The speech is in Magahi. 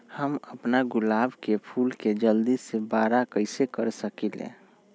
हम अपना गुलाब के फूल के जल्दी से बारा कईसे कर सकिंले?